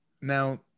Now